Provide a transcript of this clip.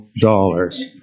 dollars